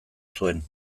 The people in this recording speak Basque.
zuen